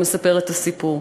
ומספרת את הסיפור.